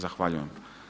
Zahvaljujem.